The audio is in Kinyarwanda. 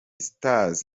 stars